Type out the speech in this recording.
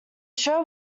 show